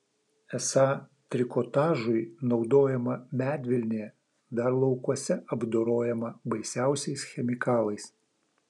esą trikotažui naudojama medvilnė dar laukuose apdorojama baisiausiais chemikalais